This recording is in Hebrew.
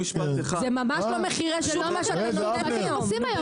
זה לא מחירי שוק מה שאתם עושים היום.